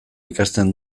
ikasten